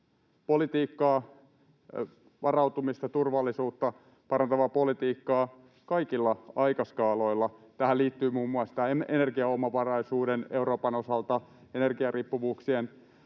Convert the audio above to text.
politiikkaa, varautumista, turvallisuutta parantavaa politiikkaa kaikilla aikaskaaloilla. Euroopan osalta tähän liittyvät muun muassa energiaomavaraisuuden ja energiariippuvuuksien